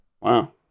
Wow